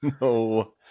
no